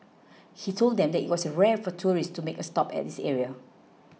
he told them that it was rare for tourists to make a stop at this area